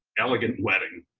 elegant wedding.